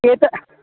चेत्